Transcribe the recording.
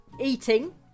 Eating